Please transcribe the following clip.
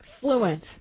fluent